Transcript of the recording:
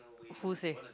who say